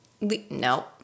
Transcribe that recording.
no